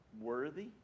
worthy